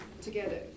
together